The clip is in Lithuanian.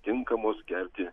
tinkamos gerti